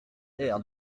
air